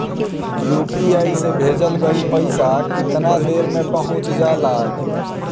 UPI से भेजल गईल पईसा कितना देर में पहुंच जाला?